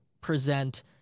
present